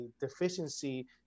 deficiency